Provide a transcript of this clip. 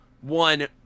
one